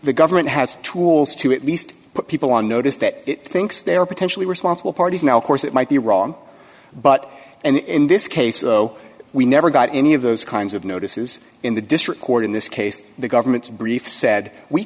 the government has tools to at least put people on notice that it thinks they're potentially responsible parties now of course it might be wrong but in this case so we never got any of those kinds of notices in the district court in this case the government's brief said we